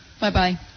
Bye-bye